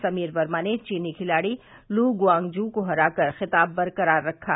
समीर वर्मा ने चीनी खिलाड़ी लू गुआंगजू को हराकर खिताब बरकरार रखा